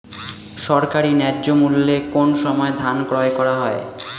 সরকারি ন্যায্য মূল্যে কোন সময় ধান ক্রয় করা হয়?